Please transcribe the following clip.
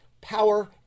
power